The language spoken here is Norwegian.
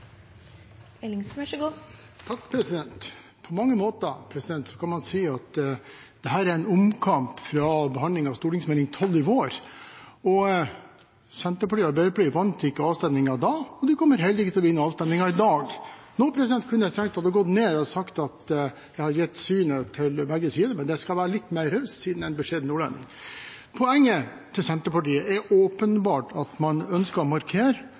en omkamp fra behandlingen av Meld. St. 12 for 2014–2015 i vår. Senterpartiet og Arbeiderpartiet vant ikke avstemningen da, og de kommer heller ikke til å vinne avstemningen i dag. Nå kunne jeg strengt tatt ha gått ned og sagt at jeg har gitt begge siders syn, men jeg skal være litt mer raus, siden jeg er en beskjeden nordlending. Poenget til Senterpartiet er åpenbart at man ønsker å markere